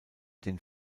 den